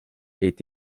est